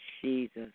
Jesus